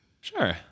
sure